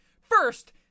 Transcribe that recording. First